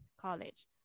college